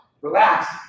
relax